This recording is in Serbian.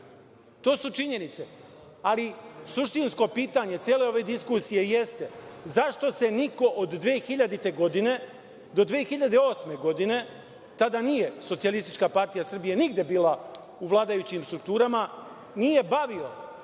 To su činjenice. Ali, suštinsko pitanje cele ove diskusije jeste - zašto se niko od 2000. godine do 2008. godine, tada nije SPS nigde bila u vladajućim strukturama, nije bavio